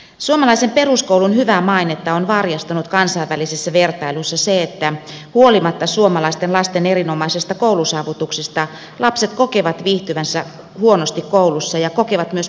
suomalaisen peruskoulun hyvää mainetta on varjostanut kansainvälisessä vertailussa se että huolimatta suomalaisten lasten erinomaisista koulusaavutuksista lapset kokevat viihtyvänsä huonosti koulussa ja kokevat myös paljon pahaa oloa